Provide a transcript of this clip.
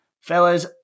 fellas